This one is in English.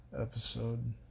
episode